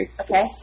Okay